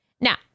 Now